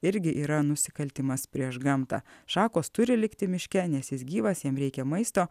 irgi yra nusikaltimas prieš gamtą šakos turi likti miške nes jis gyvas jam reikia maisto